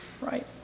Right